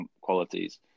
qualities